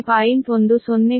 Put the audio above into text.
10 p